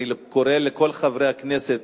אני קורא לכל חברי הכנסת